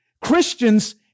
Christians